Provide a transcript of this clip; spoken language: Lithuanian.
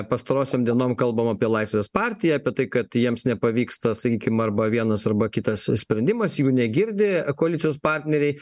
pastarosiom dienom kalbam apie laisvės partiją apie tai kad jiems nepavyksta sakykim arba vienas arba kitas sprendimas jų negirdi koalicijos partneriai